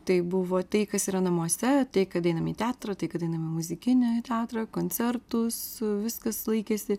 tai buvo tai kas yra namuose tai kad einam į teatrą tai kad einam į muzikinį teatrą koncertus viskas laikėsi